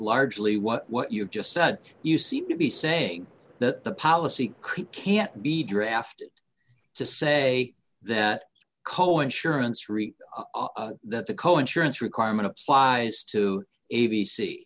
largely what what you've just said you seem to be saying that the policy can't be drafted to say that co insurance reach that the co insurance requirement applies to a